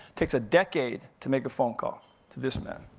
takes a decade to make a phone call to this man.